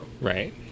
Right